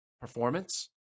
performance